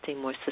more